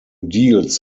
deals